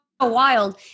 Wild